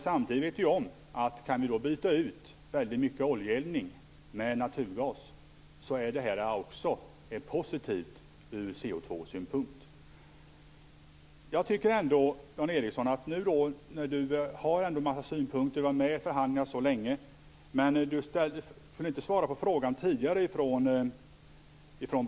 Samtidigt vet vi att - om vi då kan byta ut väldigt mycket oljeeldning mot naturgas - det här också är positivt ur CO2-synpunkt. Dan Ericsson har en massa synpunkter och har varit med i förhandlingarna så länge. Men han kunde inte svara på Barbro Anderssons fråga tidigare.